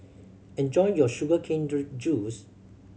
enjoy your sugar cane juice